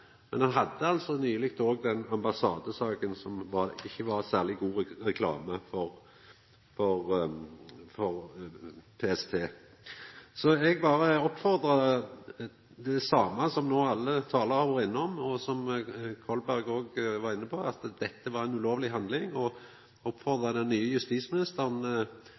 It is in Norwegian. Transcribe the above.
Men me hadde altså nyleg ambassadesaka, som ikkje var særleg god reklame for PST. Eg seier det same som alle talarar no har vore inne på, og som Kolberg òg var inne på, at dette var ei ulovleg handling. Eg oppfordrar den nye justisministeren